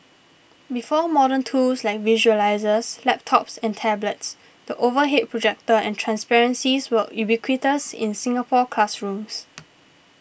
before modern tools like visualisers laptops and tablets the overhead projector and transparencies were ubiquitous in Singapore classrooms